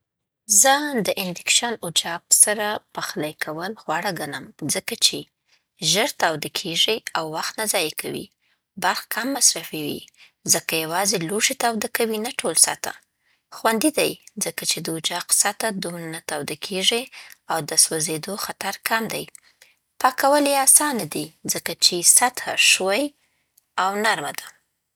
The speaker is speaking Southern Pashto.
زه د انډکشن اجاق سره پخلی کول غوره ګڼم، ځکه چې: ژر تاوده کېږي او وخت نه ضایع کوي. برق کم مصرفوي، ځکه یواځې لوښي تاوده کوي، نه ټول سطحه. خوندي دی، ځکه چې د اجاق سطحه دومره نه تاوده کېږي او د سوځېدو خطر کم دی. پاکول یې اسانه دي، ځکه چې سطحه ښوي او نرمه ده.